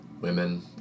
women